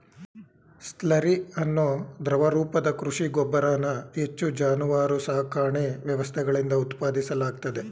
slurry ಅನ್ನೋ ದ್ರವ ರೂಪದ ಕೃಷಿ ಗೊಬ್ಬರನ ಹೆಚ್ಚು ಜಾನುವಾರು ಸಾಕಣೆ ವ್ಯವಸ್ಥೆಗಳಿಂದ ಉತ್ಪಾದಿಸಲಾಗ್ತದೆ